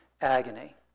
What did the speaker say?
agony